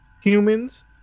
humans